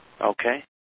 Okay